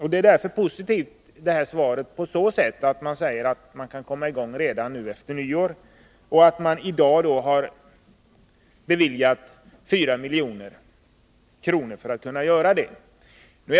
Svaret är därför positivt, på så sätt att det sägs att byggena kan komma i gång redan efter nyår och att regeringen i dag har beviljat 4 milj.kr. för att kunna göra det möjligt.